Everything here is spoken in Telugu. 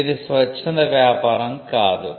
మీది స్వచ్ఛంద వ్యాపారం కాదు